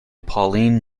pauline